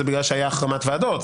זה בגלל שהייתה החרמת ועדות.